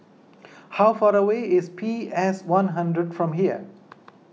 how far away is P Sone hundred from here